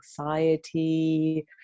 anxiety